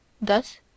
Thus